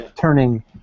turning